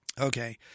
Okay